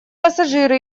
пассажиры